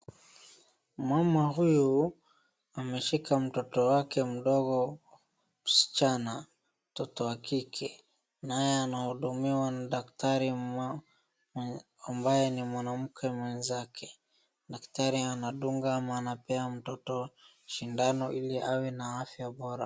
Mama huyu ameshika mtoto wake mdogo msichana mtoto wa kike naye anahudumiwa na daktari ambaye ni mwanamke mwenzake. Daktari anadunga ama anapea mtoto sindano ili awe na afya bora.